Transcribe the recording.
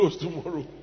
tomorrow